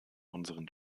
unseren